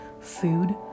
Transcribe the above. food